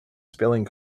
spelling